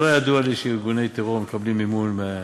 לא ידוע לי שארגוני טרור מקבלים מימון,